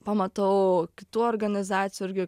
pamatau kitų organizacijų irgi